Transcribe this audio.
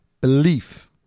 belief